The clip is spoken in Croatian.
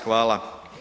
Hvala.